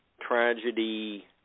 tragedy